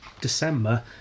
December